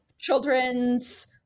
Children's